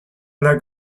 alla